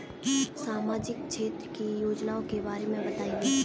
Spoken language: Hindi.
सामाजिक क्षेत्र की योजनाओं के बारे में बताएँ?